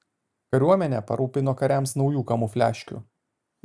kariuomenę parūpino kariams naujų kamufliažkių